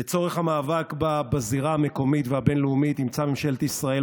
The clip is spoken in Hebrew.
לצורך המאבק בזירה המקומית והבין-לאומית אימצה ממשלת ישראל,